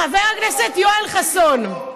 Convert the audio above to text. חבר הכנסת יואל חסון,